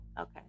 Okay